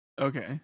Okay